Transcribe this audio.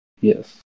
Yes